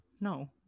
no